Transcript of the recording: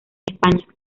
españa